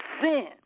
sin